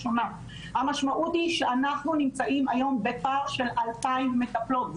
המשמעות היא שאנחנו נמצאים היום בפער של 2,000 מטפלות.